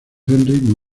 henry